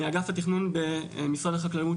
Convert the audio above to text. מהאגף לתכנון במשרד החקלאות,